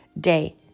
day